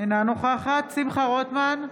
אינה נוכחת שמחה רוטמן,